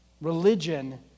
Religion